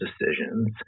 decisions